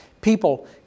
people